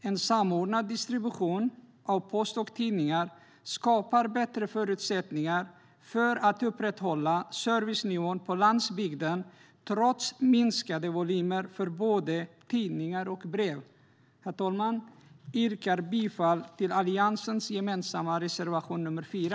En samordnad distribution av post och tidningar skapar bättre förutsättningar för att upprätthålla servicenivån på landsbygden trots minskande volymer för både tidningar och brev. Herr talman! Jag yrkar bifall till Alliansens gemensamma reservation nr 4.